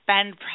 spend